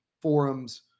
forums